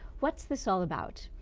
what's this all about?